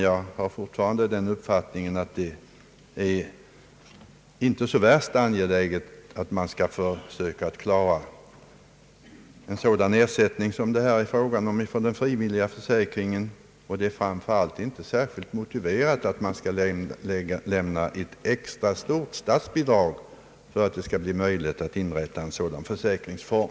Jag har fortfarande den uppfattningen att det inte är så värst angeläget att försöka klara en sådan ersättning, som det här är fråga om, från den frivilliga försäkringen, och det är framför allt inte särskilt motiverat att man skall lämna ett extra stort statsbidrag för att det skall bli möjligt att inrätta en sådan försäkringsform.